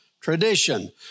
tradition